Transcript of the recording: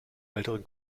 älteren